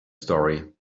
story